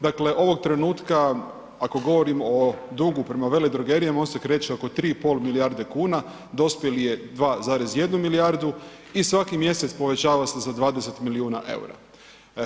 Dakle, ovog trenutka ako govorim o dugu prema veledrogerijama, on se kreće oko 3,5 milijarde kuna, dospjeli je 2,1 milijardu i svaki mjesec povećava se za 20 milijuna EUR-a.